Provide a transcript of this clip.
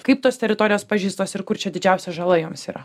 kaip tos teritorijos pažeistos ir kur čia didžiausia žala joms yra